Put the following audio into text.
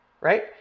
right